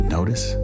Notice